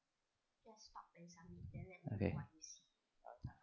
okay